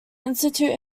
institute